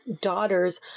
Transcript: daughters